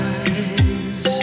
eyes